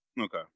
Okay